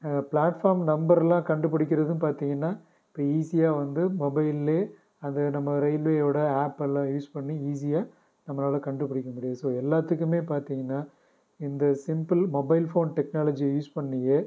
platform நம்பரெலாம் கண்டுபிடிக்கிறதும் பார்த்திங்கன்னா இப்போ ஈஸியாக வந்து மொபைல்லே அது நம்ம ரயில்வேவோடய ஆப்பலாம் யூஸ் பண்ணி ஈஸியாக நம்மளால் கண்டுபிடிக்க முடியும் ஸோ எல்லாத்துக்குமே பார்த்திங்கன்னா இந்த சிம்பிள் மொபைல் ஃபோன் டெக்னாலஜியை யூஸ் பண்ணியே